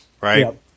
Right